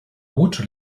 water